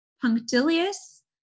punctilious